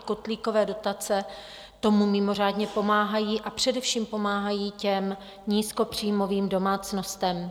Kotlíkové dotace tomu mimořádně pomáhají, a především pomáhají nízkopříjmovým domácnostem.